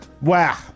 Wow